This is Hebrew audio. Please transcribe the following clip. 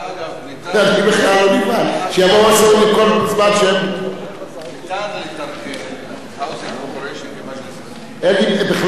ניתן לתרגם את "Housing Council Corporation" ל"מַגְ'לִס אל-סוּכַּאן".